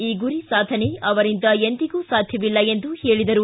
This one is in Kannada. ಈ ಗುರಿ ಸಾಧನೆ ಅವರಿಂದ ಎಂದಿಗೂ ಸಾಧ್ಯವಿಲ್ಲ ಎಂದು ಹೇಳಿದರು